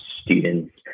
students